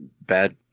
bad